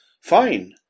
fine